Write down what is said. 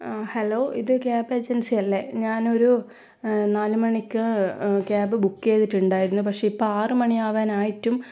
hello ഇത് cab agency അല്ലേ ഞാനൊരു നാലു മണിക്ക് ക്യാബ് ബുക്ക് ചെയ്തിട്ടുണ്ടായിരുന്നു പക്ഷേ ഇപ്പം ആറു മണിയാവാനായിട്ടും